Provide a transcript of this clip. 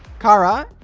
cara